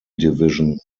division